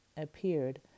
appeared